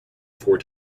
four